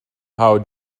how